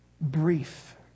brief